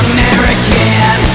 American